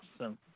awesome